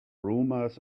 rumors